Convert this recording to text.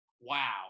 wow